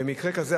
במקרה כזה,